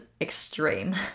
extreme